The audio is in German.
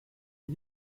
wie